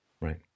Right